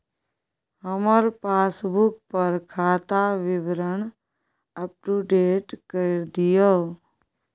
हमर पासबुक पर खाता विवरण अपडेट कर दियो